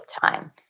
time